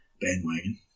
Bandwagon